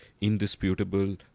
indisputable